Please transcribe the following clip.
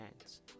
hands